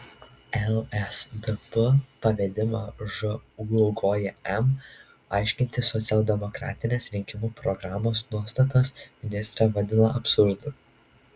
lsdp pavedimą žūm aiškinti socialdemokratinės rinkimų programos nuostatas ministrė vadina absurdu